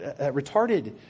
retarded